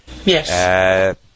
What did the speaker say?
Yes